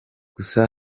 gusa